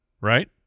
right